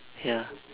ya